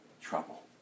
trouble